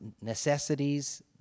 necessities